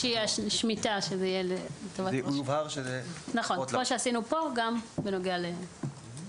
כמו שעשינו כאן, גם בנוגע לזה.